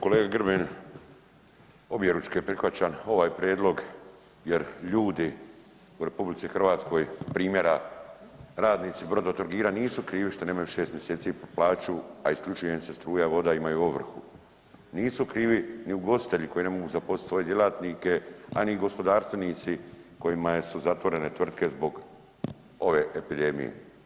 Kolega Grbin objeručke prihvaćam ovaj prijedlog jer ljudi u RH primjera radnici Brodotrogira nisu krivi što nemaju 6 mjeseci plaću, a isključuje im se struja, voda imaju ovrhu, nisu krivi ni ugostitelji koji ne mogu zaposliti svoje djelatnike, a ni gospodarstvenici kojima su zatvorene tvrtke zbog ove epidemije.